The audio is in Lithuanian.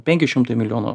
penki šimtai milijonų